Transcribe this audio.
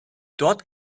dort